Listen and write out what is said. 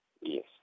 Yes